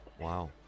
Wow